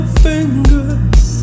fingers